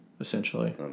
essentially